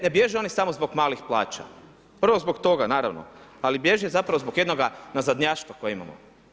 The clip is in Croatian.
Ne bježe oni samo zbog malih plaća, prvo zbog toga naravno, ali bježe zapravo zbog jednoga nazadnjaštva koje imamo.